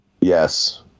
Yes